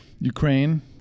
Ukraine